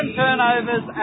turnovers